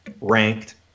ranked